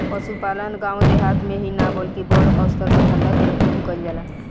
पसुपालन गाँव देहात मे ही ना बल्कि बड़ अस्तर पर धंधा के रुप मे भी कईल जाला